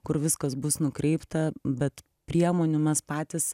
kur viskas bus nukreipta bet priemonių mes patys